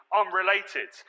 unrelated